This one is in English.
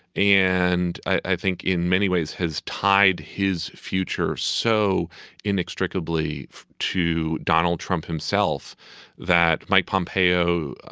and i think in many ways has tied his future so inextricably to donald trump himself that mike pompeo